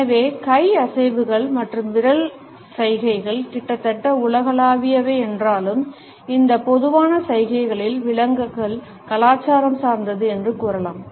எனவே கை அசைவுகள் மற்றும் விரல் சைகைகள் கிட்டத்தட்ட உலகளாவியவை என்றாலும் இந்த பொதுவான சைகைகளின் விளக்கங்கள் கலாச்சாரம் சார்ந்தது என்று கூறலாம்